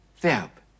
Verb